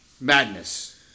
Madness